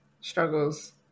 struggles